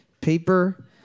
paper